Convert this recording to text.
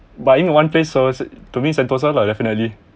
but I know one place to me sentosa lah definitely